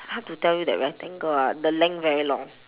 hard to tell you that rectangle ah the length very long